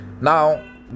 Now